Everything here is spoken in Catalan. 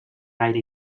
gaire